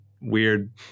weird